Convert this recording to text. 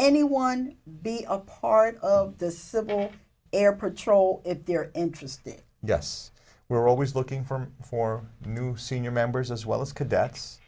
anyone be a part of the civil air patrol if they're interested yes we're always looking for for new senior members as well as cadets